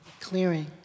Clearing